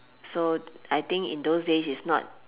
so I think in those days it's not